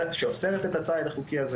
שאוסרת את הציד החוקי הזה.